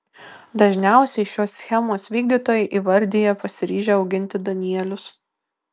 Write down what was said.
dažniausiai šios schemos vykdytojai įvardija pasiryžę auginti danielius